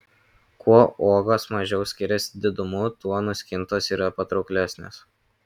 kuo uogos mažiau skiriasi didumu tuo nuskintos yra patrauklesnės